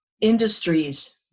Industries